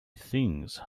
things